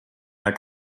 mir